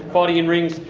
fighting in rings,